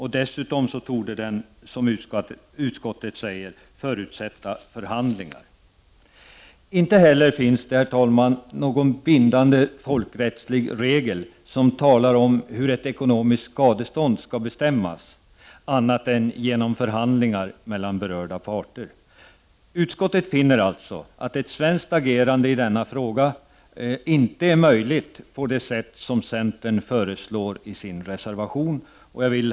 Dessutom torde den, som utskottet säger, förutsätta förhandlingar. Inte heller finns det, herr talman, någon bindande folkrättslig regel som talar om hur ett ekonomiskt skadestånd skall bestämmas, annat än genom förhandlingar mellan berörda parter. Utskottet finner alltså att ett svenskt agerande i denna fråga inte är möjligt på det sätt som centern föreslår i sin reservation.